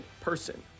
person